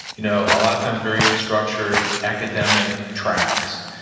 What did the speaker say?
you know a lot of times very structured academic tracks.